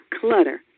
Clutter